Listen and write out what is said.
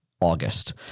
august